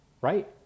Right